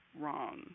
wrong